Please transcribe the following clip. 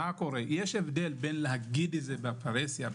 יש הבדל בין להגיד את זה בפרהסיה,